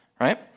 Right